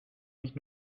mich